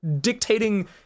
dictating